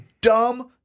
dumb